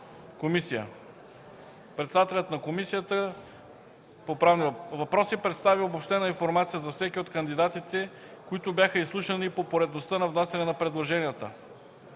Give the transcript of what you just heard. комисия. Председателят на Комисията по правни въпроси господин Четин Казак представи обобщена информация за всеки от кандидатите, които бяха изслушани по поредността на внасянето на предложенията.